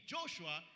Joshua